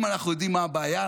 אם אנחנו יודעים מה הבעיה,